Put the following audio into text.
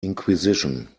inquisition